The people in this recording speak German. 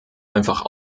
einfach